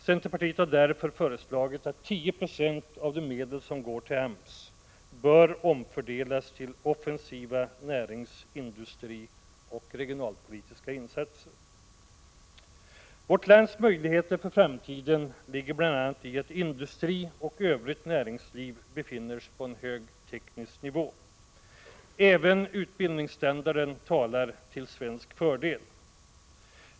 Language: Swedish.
Centerpartiet har därför föreslagit att 10 26 av de medel som går till AMS bör Vårt lands möjligheter för framtiden ligger bl.a. i att industri och övrigt näringsliv befinner sig på en hög teknisk nivå. Även utbildningsstandarden talar till svensk fördel.